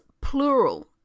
plural